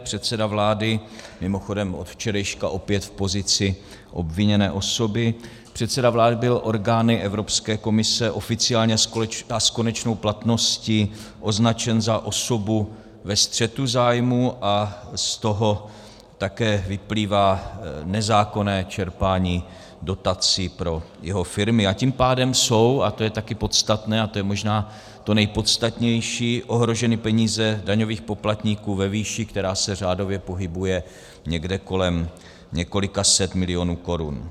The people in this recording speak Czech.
Předseda vlády mimochodem, od včerejška opět v pozici obviněné osoby byl orgány Evropské komise oficiálně a s konečnou platností označen za osobu ve střetu zájmů a z toho také vyplývá nezákonné čerpání dotací pro jeho firmy, a tím pádem jsou a to je také podstatné, a to je možná to nejpodstatnější ohroženy peníze daňových poplatníků ve výši, která se řádově pohybuje někde kolem několika set milionů korun.